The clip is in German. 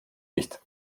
nicht